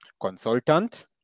consultant